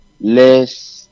less